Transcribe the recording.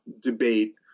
debate